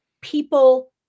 people